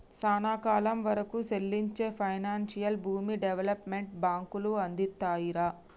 సానా కాలం వరకూ సెల్లించే పైనాన్సుని భూమి డెవలప్మెంట్ బాంకులు అందిత్తాయిరా